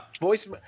voice